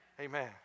Amen